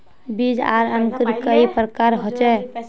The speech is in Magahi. बीज आर अंकूर कई प्रकार होचे?